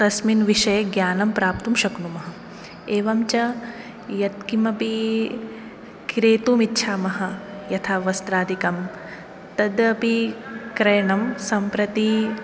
तस्मिन् विषये ज्ञानं प्राप्तुं शक्नुमः एवञ्च यत्किमपि क्रेतुम् इच्छामः यथा वस्त्रादिकं तदपि क्रयणं सम्प्रति